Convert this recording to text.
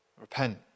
repent